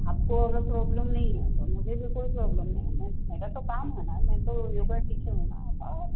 आपको अगर प्रॉब्लम नहीं है तो मुझे भी कोई प्रॉब्लम नहीं है मेरा तो काम है ना मैं तो योगा टीचर हूँ ना आप आओ